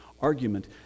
argument